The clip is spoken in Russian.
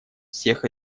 всех